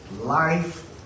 life